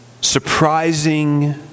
surprising